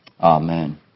Amen